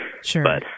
Sure